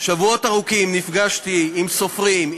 ושבועות ארוכים נפגשתי עם סופרים,